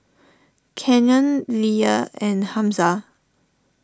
Canyon Lea and Hamza